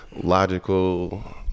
logical